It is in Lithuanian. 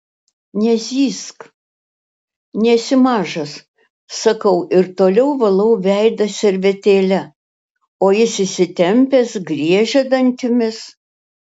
nezyzk nesi mažas sakau ir toliau valau veidą servetėle o jis įsitempęs griežia dantimis